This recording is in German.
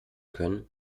können